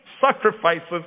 sacrifices